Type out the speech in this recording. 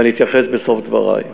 ואני אתייחס בסוף דברי.